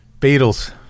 Beatles